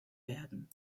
werden